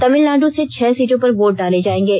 तमिलनाड् से छह सीटों पर वोट डाले जाएंगे